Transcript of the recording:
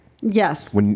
Yes